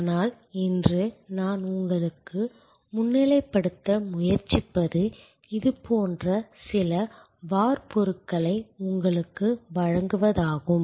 ஆனால் இன்று நான் உங்களுக்கு முன்னிலைப்படுத்த முயற்சிப்பது இது போன்ற சில வார்ப்புருக்களை உங்களுக்கு வழங்குவதாகும்